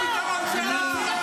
מה הפתרון שלך?